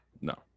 No